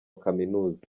kaminuza